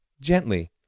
gently